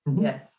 Yes